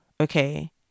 okay